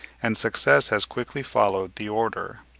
and success has quickly followed the order.